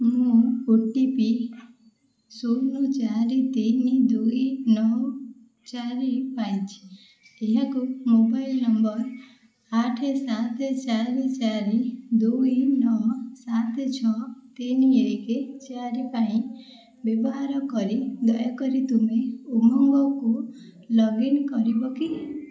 ମୁଁ O T P ଶୂନ ଚାରି ତିନି ଦୁଇ ନଅ ଚାରି ପାଇଛି ଏହାକୁ ମୋବାଇଲ ନମ୍ବର ଆଠ ସାତ ଚାରି ଚାରି ଦୁଇ ନଅ ସାତ ଛଅ ତିନି ଏକ ଚାରି ପାଇଁ ବ୍ୟବହାର କରି ଦୟାକରି ତୁମେ ଉମଙ୍ଗକୁ ଲଗ୍ ଇନ୍ କରିବ କି